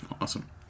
Awesome